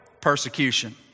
persecution